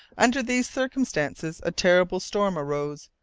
under these circumstances a terrible storm arose,